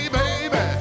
baby